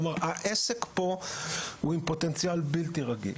כלומר, העסק פה עם פוטנציאל בלתי רגיל.